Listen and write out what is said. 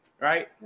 right